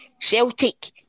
Celtic